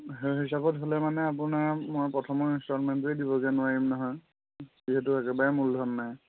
সেই হিচাপত হ'লে মানে আপোনাৰ মই প্ৰথমৰ ইনষ্টলমেণ্টোৱেই দিবগৈ নোৱাৰিম নহয় যিহেতু একেবাৰে মূলধন নাই